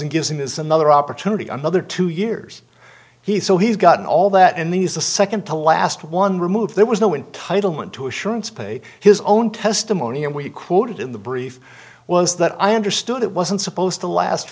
and gives him is another opportunity another two years he so he's gotten all that and the is the second to last one removed there was no entitle one to assurance pay his own testimony and we quoted in the brief was that i understood it wasn't supposed to last